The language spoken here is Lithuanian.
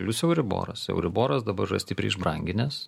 plius euriboras euriboras dabar yra stipriai išbranginęs